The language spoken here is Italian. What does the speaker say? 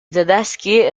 tedeschi